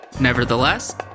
Nevertheless